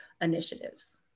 initiatives